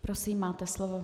Prosím, máte slovo.